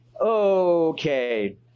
Okay